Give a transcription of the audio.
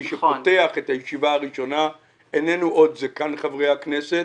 מי שפותח את הישיבה הראשונה איננו עוד זקן חברי הכנסת.